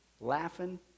laughing